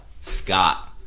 Scott